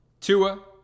Tua